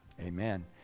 Amen